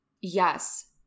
Yes